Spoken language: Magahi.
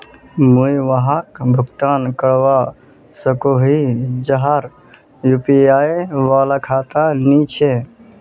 मुई वहाक भुगतान करवा सकोहो ही जहार यु.पी.आई वाला खाता नी छे?